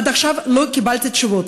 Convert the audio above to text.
עד עכשיו לא קיבלתי תשובות.